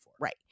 Right